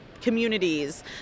communities